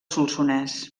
solsonès